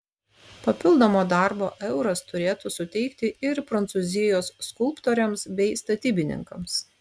papildomo darbo euras turėtų suteikti ir prancūzijos skulptoriams bei statybininkams